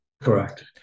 correct